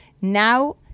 Now